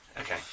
Okay